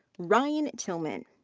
ryan tillman.